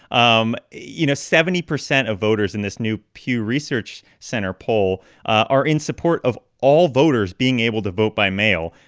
um you know, seventy percent of voters in this new pew research center poll are in support of all voters being able to vote by mail.